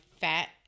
fat